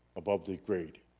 above the grade.